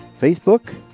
Facebook